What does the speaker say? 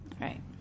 right